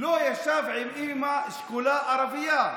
לא ישב עם אימא שכולה ערבייה.